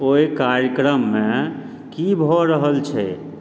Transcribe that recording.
ओहि कार्यक्रममे की भए रहल छै